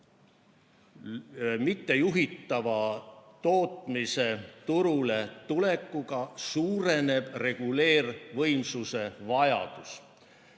mittejuhitava tootmise turule tulekuga suureneb reguleervõimsuse vajadus.